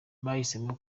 bahisemo